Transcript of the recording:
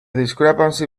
discrepancy